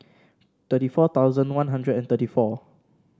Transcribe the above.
thirty four thousand One Hundred and thirty four